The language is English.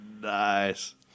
Nice